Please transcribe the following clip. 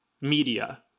media